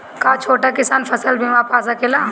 हा छोटा किसान फसल बीमा पा सकेला?